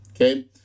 okay